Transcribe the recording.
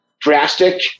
drastic